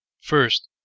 First